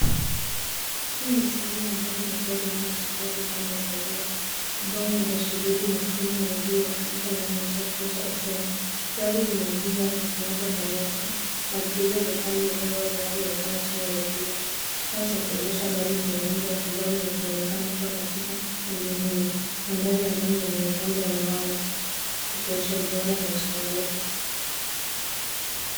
Hii ni sehemu ya ndani ya gari aina ya Subaru upande wa dereva, ubao wa dashibodi na skrini ya redio ya kisasa inayoonyesha kituo cha FM.Gari lina gia ya moja kwa moja, na vigezo vya hali ya hewa vinaonekana chini ya redio. Kifaa cha kuendesha gari kina nembo ya Subaru, na kinaonekana kuwa katika hali nzuri. Mandhari ya ndani yenye mapambo ya mbao, yakionyesha ubora na ustarehe.